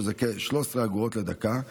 שזה כ-13 אגורות לדקה.